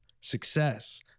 success